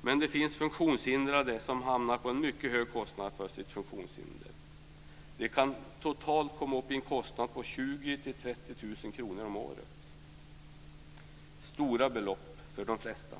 Men det finns funktionshindrade som hamnar på en mycket hög kostnad för sitt funktionshinder. De kan totalt komma upp i en kostnad på 20 000-30 000 kr om året. Det är stora belopp för de flesta.